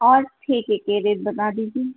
اور ٹھیکے کے ریٹ بتا دیجیے